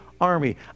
army